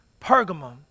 Pergamum